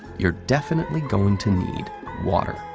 you're definitely going to need water.